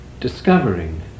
discovering